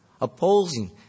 Opposing